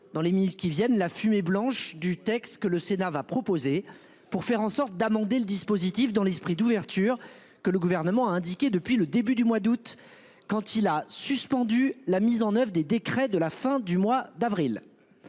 dans les 1000 qui viennent la fumée blanche du texte que le Sénat va proposer pour faire en sorte d'amender le dispositif dans l'esprit d'ouverture, que le gouvernement a indiqué depuis le début du mois d'août quand il a suspendu la mise en oeuvre des décrets de la fin du mois d'avril.